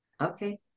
Okay